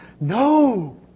no